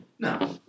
No